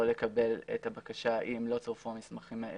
לקבל את הבקשה אם לא צורפו המסמכים האלה.